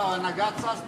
הנהגת ש"ס,